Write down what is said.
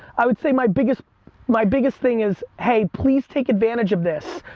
i would say my biggest my biggest thing is, hey, please take advantage of this.